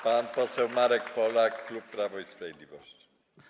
Pan poseł Marek Polak, klub Prawo i Sprawiedliwość.